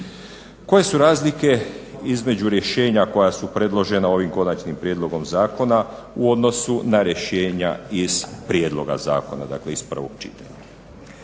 Koje su razlike između rješenja koja su predložena ovim konačnim prijedlogom zakona u odnosu na rješenja iz prijedloga zakona dakle iz prvog čitanja?